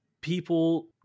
people